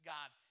God